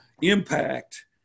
impact